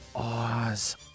Oz